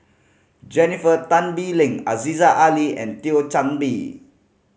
Jennifer Tan Bee Leng Aziza Ali and Thio Chan Bee